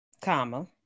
comma